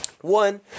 One